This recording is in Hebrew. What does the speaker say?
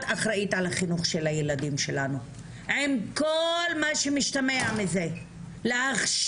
את אחרית על החינוך של הילדים שלנו עם כל מה שמשתמע מזה - להכשיר,